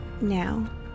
Now